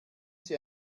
sie